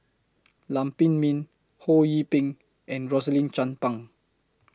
Lam Pin Min Ho Yee Ping and Rosaline Chan Pang